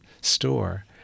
store